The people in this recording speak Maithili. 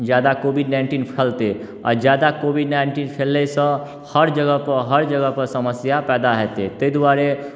ज्यादा कोविड नाइन्टीन फैलतै आओर ज्यादा कोविड नाइन्टीन फैललैसँ हर जगहपर हर जगहपर समस्या पैदा हेतै ताहि दुआरे